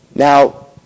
Now